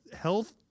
health